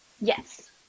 Yes